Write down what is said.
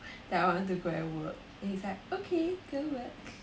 that I want to go and work then he say like okay go work